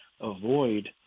avoid